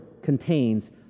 Contains